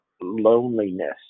loneliness